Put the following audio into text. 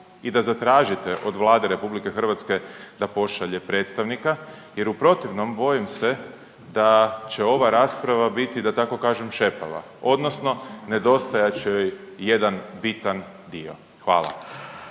i da zatražite od Vlade RH da pošalje predstavnika jer u protivnom, bojim se da će ova rasprava biti, da tako kažem, šepava. Odnosno, nedostajat će joj jedan bitan dio. Hvala.